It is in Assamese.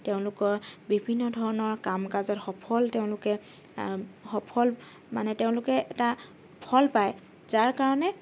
তেওঁলোকৰ বিভিন্ন ধৰণৰ কাম কাজত সফল তেওঁলোকে সফল মানে তেওঁলোকে এটা ফল পায় যাৰ কাৰণে